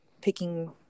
picking